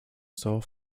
saint